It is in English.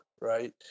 right